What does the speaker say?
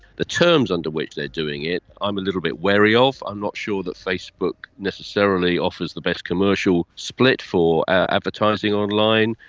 the terms under which they are doing it i'm little bit wary of. i'm not sure that facebook necessarily offers the best commercial split for advertising online.